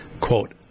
quote